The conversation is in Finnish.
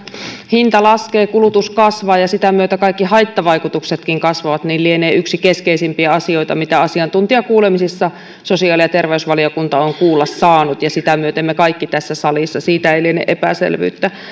hinta laskee kulutus kasvaa ja sitä myötä kaikki haittavaikutuksetkin kasvavat lienee yksi keskeisimpiä asioita mitä asiantuntijakuulemisissa sosiaali ja terveysvaliokunta on kuulla saanut ja sitä myöten me kaikki tässä salissa siitä ei liene epäselvyyttä mutta kun